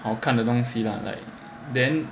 好看的东西 lah like then